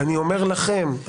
אני פונה למצביעי